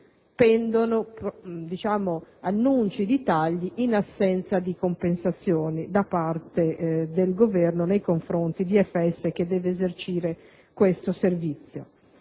pendono annunci di tagli in assenza di compensazioni da parte del Governo nei confronti delle Ferrovie dello Stato che deve esercire questo servizio.